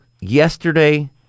yesterday